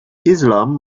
islam